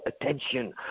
attention